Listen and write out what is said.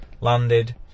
Landed